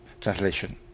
translation